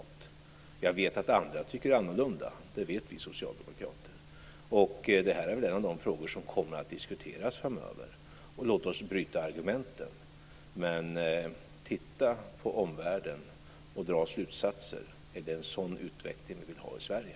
Vi socialdemokrater vet att andra tycker annorlunda, och det här är en av de frågor som kommer att diskuteras framöver. Låt oss bryta argumenten, men titta på omvärlden och dra slutsatser! Har man där en sådan utveckling som vi vill ha i Sverige?